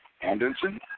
Anderson